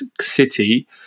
City